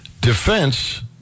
Defense